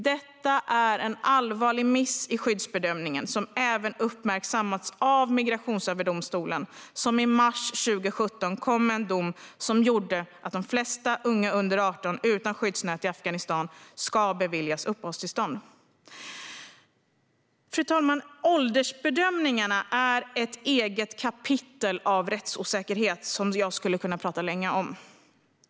Detta är en allvarlig miss i skyddsbedömningen, vilket även uppmärksammats av Migrationsöverdomstolen, som i mars 2017 kom med en dom som gjorde att de flesta unga under 18 utan skyddsnät i Afghanistan ska beviljas uppehållstillstånd. Fru talman! Åldersbedömningarna är ett eget kapitel av rättsosäkerhet som jag skulle kunna prata länge om.